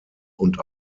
und